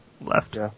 left